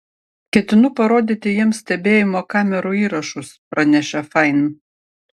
ketinu parodyti jiems stebėjimo kamerų įrašus pranešė fain